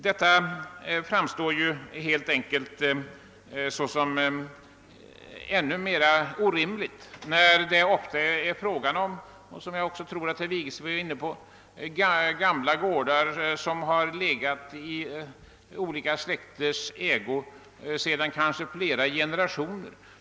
Detta framstår såsom ännu mera orimligt med tanke på att det kan gälla gamla gårdar som varit i samma släkts ägo :sedan flera generationer.